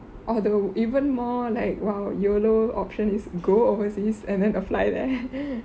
or the even more like !wow! YO_LO option is go overseas and then apply there